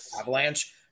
Avalanche